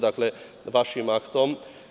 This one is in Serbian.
Dakle, vašim aktom.